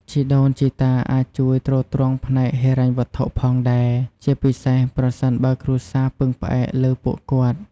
ជីដូនជីតាអាចជួយទ្រទ្រង់ផ្នែកហិរញ្ញវត្ថុផងដែរ ជាពិសេសប្រសិនបើគ្រួសារពឹងផ្អែកលើពួកគាត់។